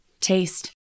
Taste